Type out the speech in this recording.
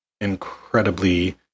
incredibly